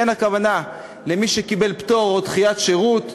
אין הכוונה למי שקיבל פטור או דחיית שירות,